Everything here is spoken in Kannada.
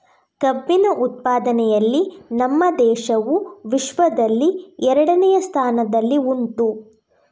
ಕಬ್ಬಿನ ಉತ್ಪಾದನೆಯಲ್ಲಿ ನಮ್ಮ ದೇಶವು ವಿಶ್ವದಲ್ಲಿ ಎರಡನೆಯ ಸ್ಥಾನದಲ್ಲಿ ಉಂಟು